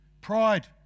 pride